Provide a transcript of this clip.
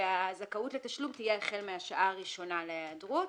והזכאות לתשלום תהיה החל מהשעה הראשונה להיעדרות.